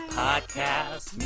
podcast